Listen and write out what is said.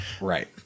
Right